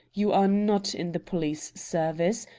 you are not in the police service,